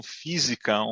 física